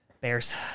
Bears